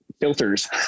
filters